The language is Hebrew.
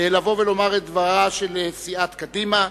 לבוא ולומר את דברה של סיעת קדימה.